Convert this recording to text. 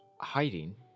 Hiding